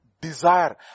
desire